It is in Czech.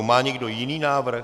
Má někdo jiný návrh?